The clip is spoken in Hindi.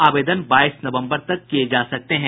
आवेदन बाईस नवम्बर तक किये जा सकते हैं